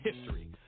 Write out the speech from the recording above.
history